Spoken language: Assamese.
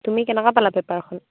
তুমি কেনেকুৱা পালা পেপাৰখন